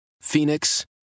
Phoenix